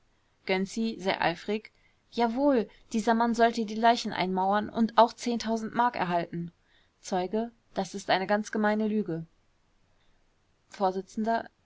gönczi sehr eifrig jawohl dieser mann sollte die leichen einmauern und auch m erhalten zeuge das ist eine ganz gemeine lüge